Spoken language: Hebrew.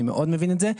אני מאוד מבין את זה.